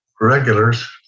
regulars